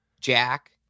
Jack